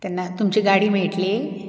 तेन्ना तुमची गाडी मेळटली